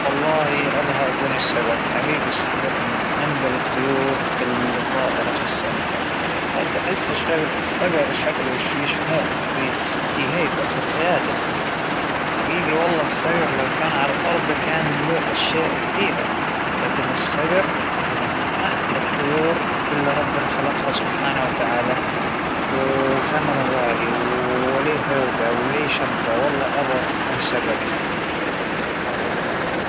راح أختار أكون عقاب، تا نظرته للفريسة لحالها قصة قصة، نظرته بعمق أنقضاضه عليها يم يمسكها منشان ياكلها، هاى العقاب سبحان اللى خلقه، قصة لحاله فى عالم الطيور، حتى وقفته تحسه ملك واقف هكذا مو اى شى ملك.